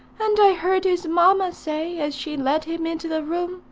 and i heard his mamma say, as she led him into the room,